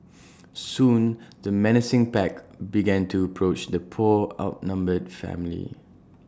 soon the menacing pack began to approach the poor outnumbered family